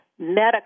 medical